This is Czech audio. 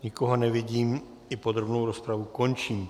Nikoho nevidím, i podrobnou rozpravu končím.